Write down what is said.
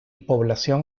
población